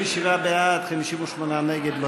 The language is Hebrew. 57 בעד, 58 נגד.